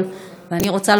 ואני רוצה לומר לכם,